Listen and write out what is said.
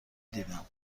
دیدم